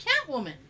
Catwoman